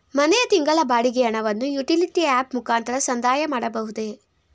ಮನೆಯ ತಿಂಗಳ ಬಾಡಿಗೆ ಹಣವನ್ನು ಯುಟಿಲಿಟಿ ಆಪ್ ಮುಖಾಂತರ ಸಂದಾಯ ಮಾಡಬಹುದೇ?